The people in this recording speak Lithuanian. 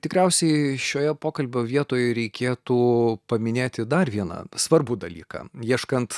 ir tikriausiai šio pokalbio vietoj reikėtų paminėti dar vieną svarbų dalyką ieškant